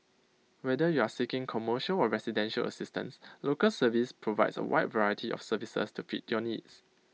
whether you are seeking commercial or residential assistance Local Service provides A wide variety of services to fit your needs